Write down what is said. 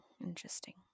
Interesting